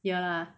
ya lah